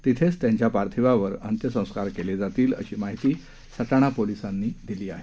तिथेच त्यांच्या पार्थिवावर अंत्यसंस्कार केले जातील अशी माहिती सटाणा पोलीसांनी दिली आहे